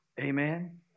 Amen